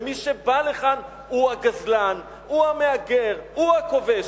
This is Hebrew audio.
ומי שבא לכאן הוא הגזלן, הוא המהגר, הוא הכובש,